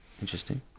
Interesting